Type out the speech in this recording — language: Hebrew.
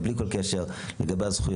בלי כל קשר לזכויות,